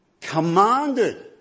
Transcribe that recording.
commanded